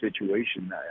situation